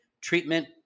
treatment